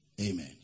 Amen